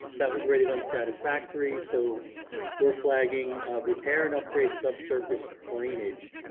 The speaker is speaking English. that was rated unsatisfactory so we're flagging repair and upgrade subsurface drainage,